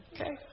okay